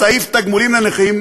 בסעיף תגמולים לנכים